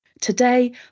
Today